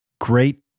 great